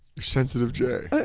you're sensitive jay.